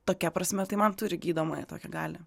tokia prasme tai man turi gydomąją tokią galią